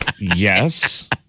Yes